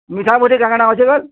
ମିଠା ମୁଠି କାଁ କାଣା ଅଛେ ଭେଲ୍